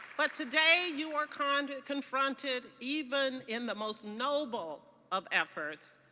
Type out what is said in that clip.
but today you are con confronted, even in the most noble of efforts,